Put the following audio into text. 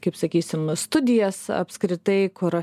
kaip sakysim studijas apskritai kur